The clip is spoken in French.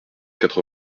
quatre